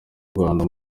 rwanda